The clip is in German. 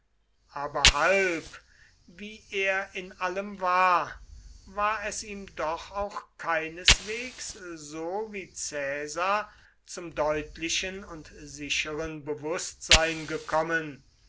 aber halb wie er in allem war war es ihm doch auch keineswegs so wie caesar zum deutlichen und sicheren bewußtsein gekommen